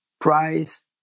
price